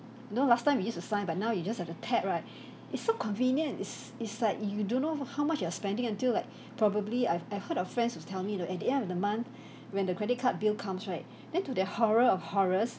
you know last time we used to sign but now you just have to tap right it's so convenient it's it's like you don't know how much you are spending until like probably I've I've heard of friends who's tell me you know at the end of the month when the credit card bill comes right then to their horror of horrors